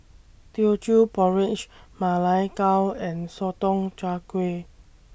Teochew Porridge Ma Lai Gao and Sotong Char Kway